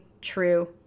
true